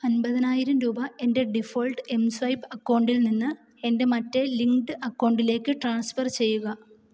അൻപതിനായിരം രൂപ എൻ്റെ ഡിഫോൾട്ട് എം സ്വൈപ്പ് അക്കൗണ്ടിൽ നിന്ന് എൻ്റെ മറ്റേ ലിങ്ക്ഡ് അക്കൗണ്ടിലേക്ക് ട്രാൻസ്ഫർ ചെയ്യുക